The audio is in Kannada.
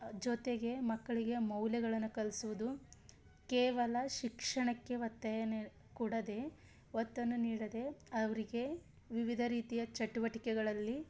ಜೊತೆಗೆ ಮಕ್ಕಳಿಗೆ ಮೌಲ್ಯಗಳನ್ನು ಕಲಿಸುವುದು ಕೇವಲ ಶಿಕ್ಷಣಕ್ಕೆ ಒತ್ತಾಯ ನಿ ಕೊಡದೆ ಒತ್ತನ್ನು ನೀಡದೆ ಅವರಿಗೆ ವಿವಿಧ ರೀತಿಯ ಚಟುವಟಿಕೆಗಳಲ್ಲಿ